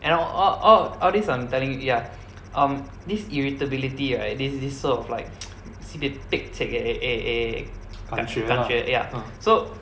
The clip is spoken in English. and all all all this I'm telling you ya um this irritability right this this sort of like sibei pekcek like eh eh eh 感感觉 ya so